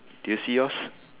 do you see yours